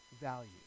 value